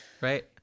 right